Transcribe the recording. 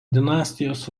dinastijos